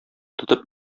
тотып